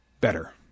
better